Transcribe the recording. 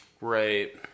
Right